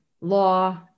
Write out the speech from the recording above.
law